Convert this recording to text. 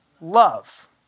love